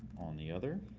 on the other.